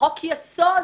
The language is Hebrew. חוק יסוד.